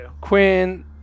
Quinn